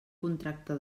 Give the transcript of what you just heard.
contracte